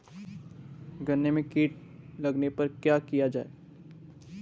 गन्ने में कीट लगने पर क्या किया जाये?